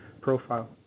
profile